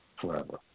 forever